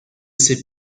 ses